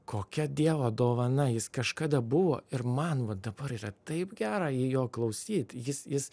kokia dievo dovana jis kažkada buvo ir man va dabar yra taip gera į jo klausyt jis jis